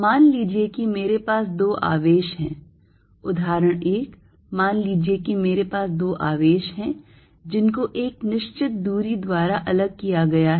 मान लीजिए कि मेरे पास दो आवेश हैं उदाहरण एक मान लीजिए कि मेरे पास दो आवेश हैं जिनको एक निश्चित दूरी द्वारा अलग किया गया है